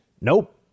Nope